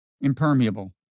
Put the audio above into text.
Impermeable